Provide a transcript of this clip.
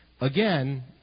Again